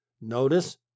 Notice